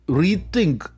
rethink